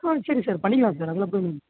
ஆ சரி சார் பண்ணிக்கிலாம் சார் அதெல்லாம்